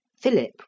Philip